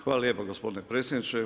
Hvala lijepo gospodine predsjedniče.